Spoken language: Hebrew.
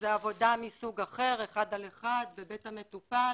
זו עבודה מסוג אחר, אחד על אחד בבית המטופל